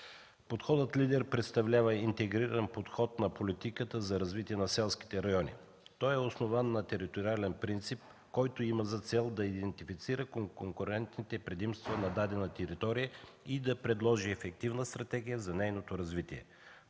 Подходът „Лидер” представлява интегриран подход на политиката за развитие на селските райони. Той е основан на териториален принцип, който има за цел да идентифицира конкурентните предимства на дадена територия и да предложи ефективна стратегия за нейното развитие.